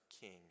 king